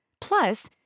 Plus